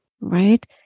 right